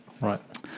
Right